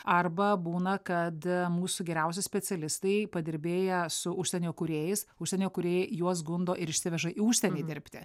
arba būna kad mūsų geriausi specialistai padirbėję su užsienio kūrėjais užsienio kūrėjai juos gundo ir išsiveža į užsienį dirbti